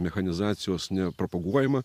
mechanizacijos nepropaguojama